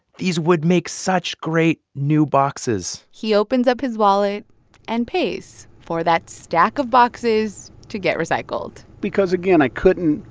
these would make such great new boxes he opens up his wallet and pays for that stack of boxes to get recycled because again, i couldn't